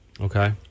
Okay